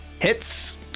Hits